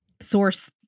source